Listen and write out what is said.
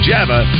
Java